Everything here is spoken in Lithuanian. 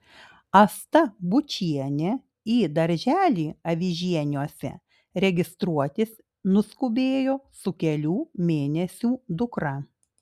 asta bučienė į darželį avižieniuose registruotis nuskubėjo su kelių mėnesių dukra